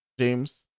James